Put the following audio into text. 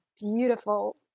beautiful